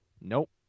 Nope